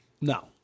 No